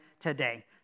today